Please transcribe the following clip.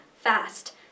Fast